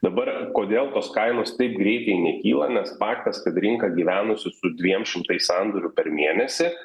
dabar kodėl tos kainos taip greitai nekyla nes faktas kad rinka gyvenusi su dviem šimtais sandorių per mėnesį